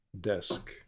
desk